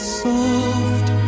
soft